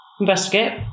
investigate